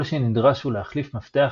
כל שנדרש הוא להחליף מפתח,